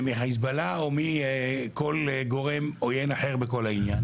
או מחיזבאללה או מכל גורם עוין אחר בכל העניין.